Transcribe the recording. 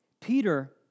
Peter